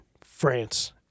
France